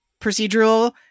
procedural